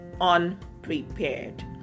unprepared